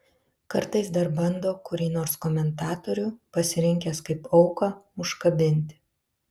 kartais dar bando kurį nors komentatorių pasirinkęs kaip auką užkabinti